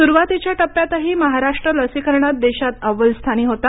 सुरुवातीच्या टप्प्यातही महाराष्ट्र लसीकरणात देशात अव्वलस्थानी होता